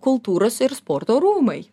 kultūros ir sporto rūmai